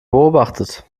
beobachtet